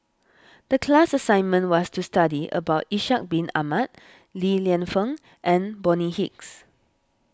the class assignment was to study about Ishak Bin Ahmad Li Lienfung and Bonny Hicks